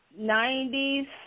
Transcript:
90s